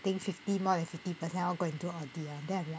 then fifty more than fifty percent all go and do audit ah then I'm like